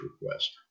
request